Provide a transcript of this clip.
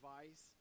device